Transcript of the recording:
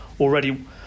already